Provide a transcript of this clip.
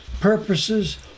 purposes